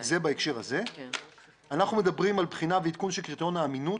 אנחנו מדברים על בחינה בעדכון קריטריון האמינות